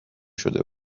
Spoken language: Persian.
شده